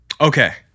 Okay